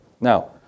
Now